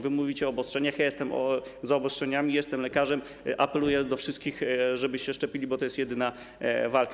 Wy mówicie o obostrzeniach, ja jestem za obostrzeniami, jestem lekarzem, apeluję do wszystkich, żeby się szczepili, bo to jest jedyna metoda walki.